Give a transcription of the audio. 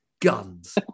Guns